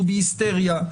הוא בהיסטריה,